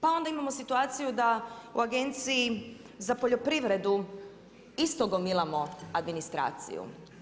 Pa onda imamo situaciju da u Agenciju za poljoprivredu isto gomilamo administraciju.